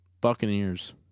Buccaneers